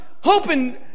hoping